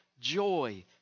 joy